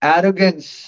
Arrogance